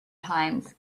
times